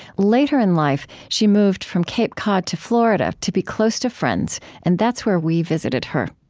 later in life, she moved from cape cod to florida to be close to friends, and that's where we visited her